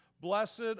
Blessed